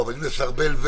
אם נסרבל,